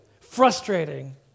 Frustrating